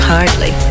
Hardly